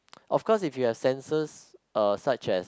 of course if you have sensors uh such as